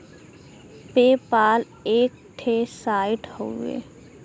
पे पाल एक ठे साइट हउवे